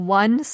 one